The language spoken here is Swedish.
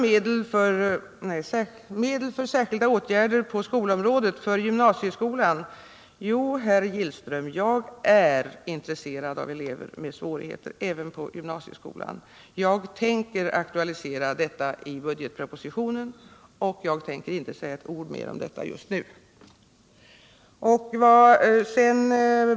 ”Medel för särskilda åtgärder på skolområdet för gymnasieskolan.” Jo, herr Gillström, jag är intresserad av elever med svårigheter även på gymnasieskolan. Jag tänker aktualisera detta i budgetpropositionen, och jag tänker inte säga ett ord till om detta just nu.